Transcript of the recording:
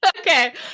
Okay